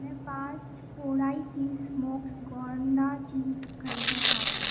मैं पाँच Kodai cheese smokes gouda cheese खरीदना चाहता हूँ